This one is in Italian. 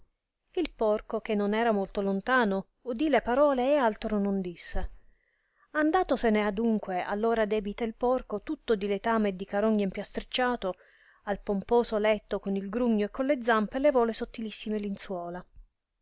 il porco che non era molto lontano udì le parole e altro non disse andatosene adunque all ora debita il porco tutto di letame e di carogne impiaslracciato al pomposo letto con il grugno e con le zampe levò le sottilissime linzuola